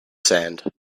sand